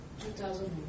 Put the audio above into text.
2001